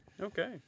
Okay